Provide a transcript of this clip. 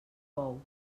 bou